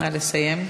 נא לסיים.